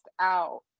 out